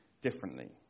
differently